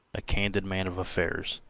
a candid man of affairs.